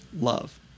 love